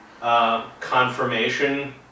Confirmation